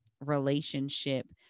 relationship